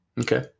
Okay